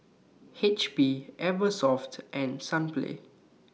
H P Eversoft and Sunplay